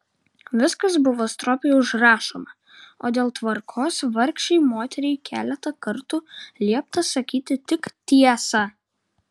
viskas buvo stropiai užrašoma o dėl tvarkos vargšei moteriai keletą kartų liepta sakyti tik tiesą